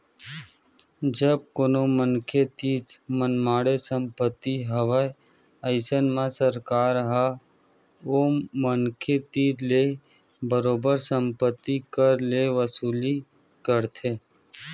जब कोनो मनखे तीर मनमाड़े संपत्ति हवय अइसन म सरकार ह ओ मनखे तीर ले बरोबर संपत्ति कर के वसूली करथे